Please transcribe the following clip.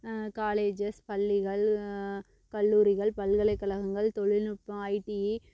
colleges பள்ளிகள் கல்லூரிகள் பல்கலைக்கழகங்கள் தொழில்நுட்பம் ஐடி